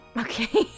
Okay